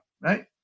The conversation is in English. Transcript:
right